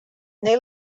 neu